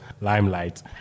limelight